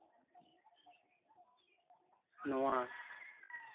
ᱱᱚᱣᱟ